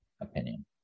opinion